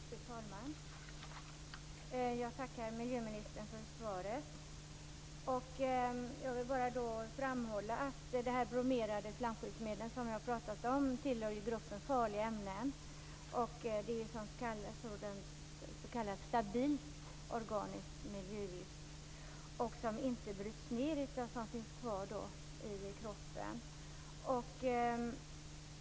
Fru talman! Jag tackar miljöministern för svaret. De bromerade flamskyddsmedlen tillhör gruppen farliga ämnen. De är ett s.k. stabilt organiskt miljögift, som inte bryts ned utan finns kvar i kroppen.